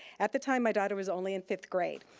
at the time, my daughter was only in fifth grade.